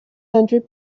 hundred